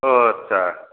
अ आत्सा